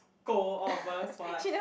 scold all of us for like